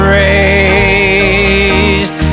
raised